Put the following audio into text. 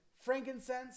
frankincense